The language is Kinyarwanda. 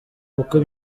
kuko